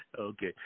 okay